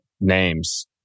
names